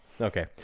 Okay